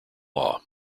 law